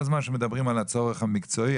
כל זמן שמדברים על הצורך המקצועי,